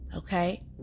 Okay